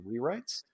rewrites